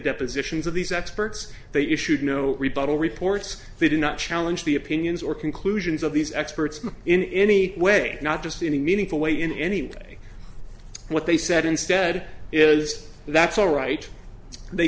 depositions of these experts they issued no rebuttal reports they did not challenge the opinions or conclusions of these experts in any way not just in a meaningful way in any way what they said instead is that's all right they